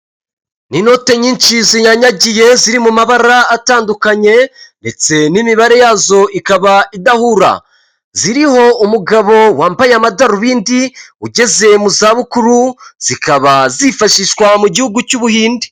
Ni inote nyinshi ziyanyagiye ziri mu mabara atandukanye ndetse n'imibare yazo ikaba idahura, ziriho umugabo wambaye amadarubindi ugeze mu zabukuru zikaba zifashishwa mu gihugu cy'u Buhinde.